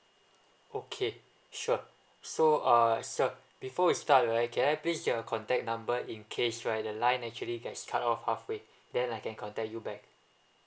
okay sure so uh so before we start right can I please get your contact number in case right the line actually gets cut off halfway then I can contact you back